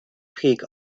peak